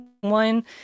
one